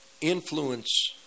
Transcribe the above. influence